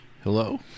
Hello